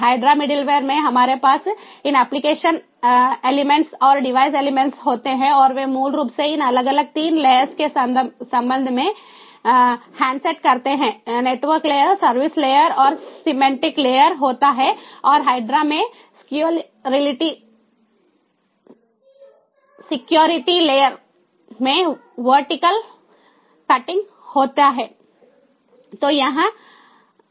HYDRA middleware में हमारे पास इन एप्लिकेशन एलिमेंट्स और डिवाइस एलिमेंट्स होते हैं और वे मूल रूप से इन अलग अलग तीन लेयर्स के संबंध में हैंडसेट करते हैं नेटवर्क लेयर सर्विस लेयर और सिमेंटिक लेयर होता है और HYDRA में सिक्योरिटी लेयर में वर्टिकल कटिंग होती है